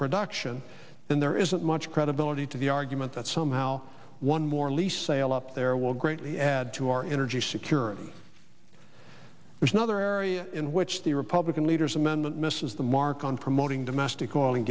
production and there isn't much credibility to the argument that somehow one more lease sale up there will greatly add to our energy security there's another area in which the republican leader's amendment misses the mark on promoting domestic oil and